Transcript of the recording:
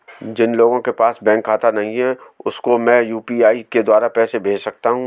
जिन लोगों के पास बैंक खाता नहीं है उसको मैं यू.पी.आई के द्वारा पैसे भेज सकता हूं?